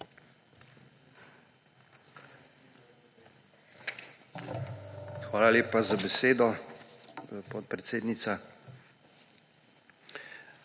Hvala lepa za besedo, podpredsednica.